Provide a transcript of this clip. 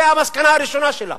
זה המסקנה הראשונה שלה.